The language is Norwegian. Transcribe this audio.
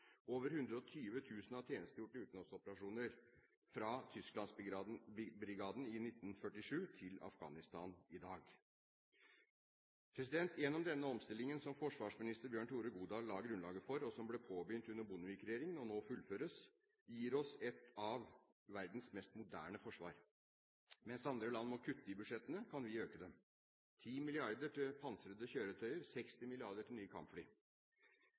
over 120 000 har tjenestegjort i utenlandsoperasjoner, fra Tysklandsbrigaden i 1947 til Afghanistan i dag. Denne omstilling, som forsvarsminister Bjørn Tore Godal la grunnlaget for, og som ble påbegynt under Bondevik-regjeringen og nå fullføres, gir oss et av verdens mest moderne forsvar. Mens andre land må kutte i budsjettene, kan vi øke dem – 10 mrd. kr til pansrede kjøretøy, 60 mrd. kr til